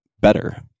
better